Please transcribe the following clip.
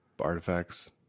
artifacts